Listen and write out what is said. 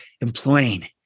employing